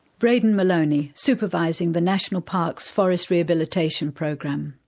braydon moloney, supervising the national park's forest rehabilitation program.